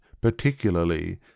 particularly